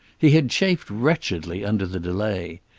he had chafed wretchedly under the delay.